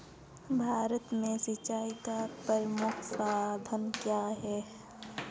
भारत में सिंचाई का प्रमुख साधन क्या है?